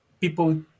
people